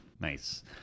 Nice